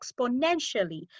exponentially